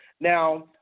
Now